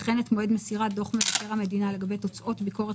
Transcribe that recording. וכן את מועד מסירת דוח מבקר המדינה לגבי תוצאות ביקורת